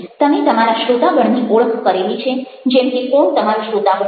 તમે તમારા શ્રોતાગણની ઓળખ કરેલી છે જેમ કે કોણ તમારો શ્રોતાગણ છે